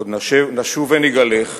עוד נשוב ונגאלך,